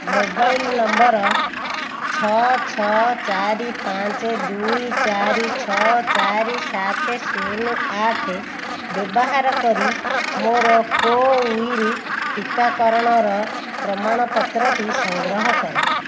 mobile number ଛଅ ଛଅ ଚାରି ପାଞ୍ଚ ଦୁଇ ଚାରି ଛଅ ଚାରି ସାତ ଶୂନ ଆଠ ବ୍ୟବହାର କରି ମୋର କୋୱିନ୍ ଟିକାକରଣର ପ୍ରମାଣପତ୍ରଟି ସଂଗ୍ରହ କର